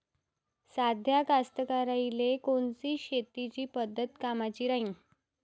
साध्या कास्तकाराइले कोनची शेतीची पद्धत कामाची राहीन?